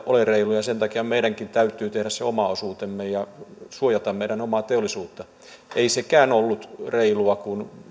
ole reilu ja sen takia meidänkin täytyy tehdä se oma osuutemme ja suojata meidän omaa teollisuutta ei sekään ollut reilua kun